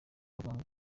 bavugaga